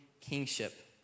kingship